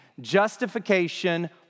justification